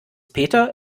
peter